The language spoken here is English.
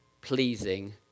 pleasing